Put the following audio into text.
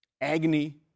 agony